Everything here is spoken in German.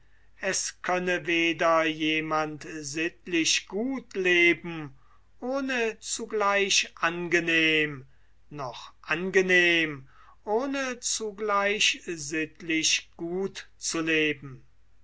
es könne weder jemand sittlich gut leben ohne zugleich angenehm noch angenehm ohne zugleich sittlich gut zu leben